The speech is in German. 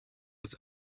das